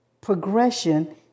progression